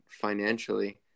financially